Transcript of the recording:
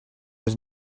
was